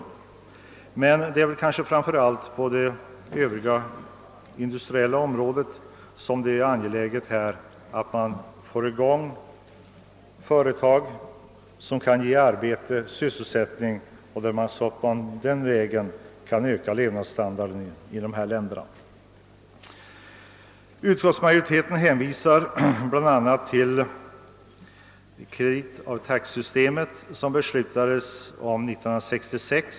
Emellertid är det kanske framför allt i fråga om industrin i Övrigt som det är mest angeläget att få i gång företag som kan ge arbete, så att man på den vägen kan höja levnadsstandarden i dessa länder. Utskottet hänvisar bl a. till »credit of tax»-systemet som beslutades 1966.